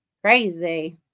Crazy